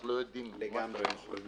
אנחנו לא יודעים --- לגמרי נכון.